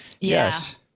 Yes